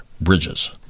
bridges